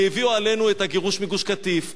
שהביאו עלינו את הגירוש מגוש-קטיף,